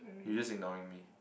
you just ignoring me